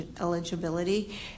eligibility